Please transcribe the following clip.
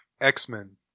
X-Men